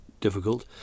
difficult